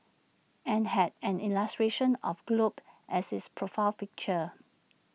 and had an illustration of A globe as its profile picture